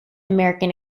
american